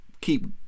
keep